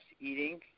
eating